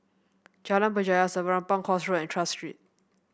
Jalan Berjaya Serapong Course Road and Tras Street